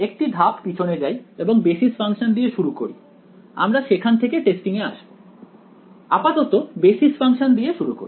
একটি ধাপ পিছনে যাই এবং বেসিস ফাংশন দিয়ে শুরু করি আমরা সেখান থেকে টেস্টিং এ আসবো আপাতত বেসিস ফাংশন দিয়ে শুরু করি